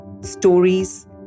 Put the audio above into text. stories